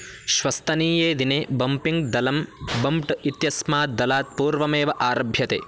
श्वस्तनीये दिने बम्पिङ्ग् दलं बम्प्ट् इत्यस्मात् दलात् पूर्वमेव आरभ्यते